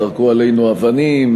זרקו עלינו אבנים.